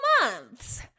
months